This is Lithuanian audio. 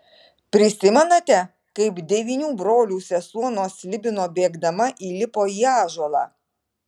prisimenate kaip devynių brolių sesuo nuo slibino bėgdama įlipo į ąžuolą